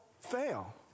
fail